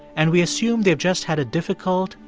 and we assume they've just had a difficult,